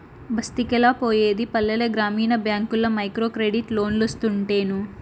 బస్తికెలా పోయేది పల్లెల గ్రామీణ బ్యాంకుల్ల మైక్రోక్రెడిట్ లోన్లోస్తుంటేను